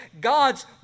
God's